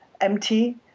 empty